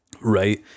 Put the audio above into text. right